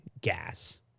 gas